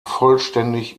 vollständig